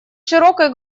широкой